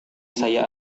saya